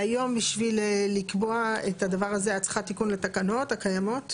והיום בשביל לקבוע את הדבר הזה את צריכה תיקון לתקנות הקיימות?